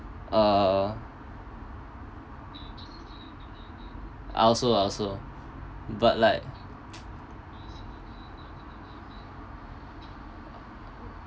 uh I also I also but like